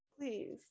please